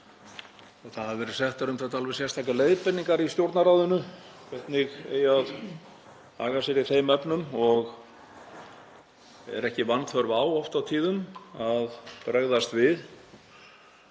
Það hafa verið settar um það alveg sérstakar leiðbeiningar í Stjórnarráðinu hvernig eigi að haga sér í þeim efnum og er ekki vanþörf á oft á tíðum að bregðast við.